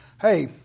hey